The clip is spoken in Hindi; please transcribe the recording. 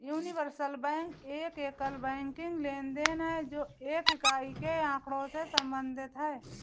यूनिवर्सल बैंक एक एकल बैंकिंग लेनदेन है, जो एक इकाई के आँकड़ों से संबंधित है